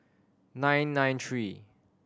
nine nine three